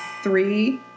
three